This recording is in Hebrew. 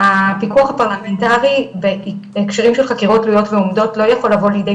הפיקוח הפרלמנטרי בהקשרים של חקירות תלויות ועומדות לא יכול לבוא לידי